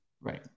Right